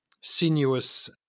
sinuous